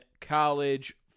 college